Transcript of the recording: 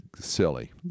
silly